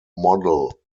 model